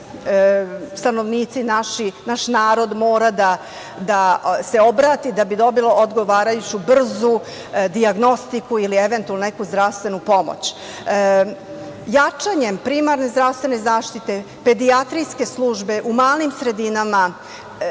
stanovnici, naš narod mora da se obrati da bi dobilo odgovarajuću brzu dijagnostiku ili eventualno neku zdravstvenu pomoć. Jačanjem primarne zdravstvene zaštite, pedijatrijske službe, u malim sredinama,